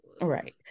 right